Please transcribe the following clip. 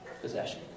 possession